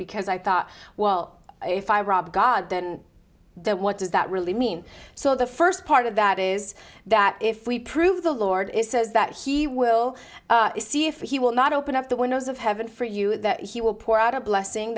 because i thought well if i rob god then what does that really mean so the first part of that is that if we prove the lord says that he will see if he will not open up the windows of heaven for you that he will pour out a blessing